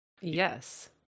Yes